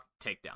takedown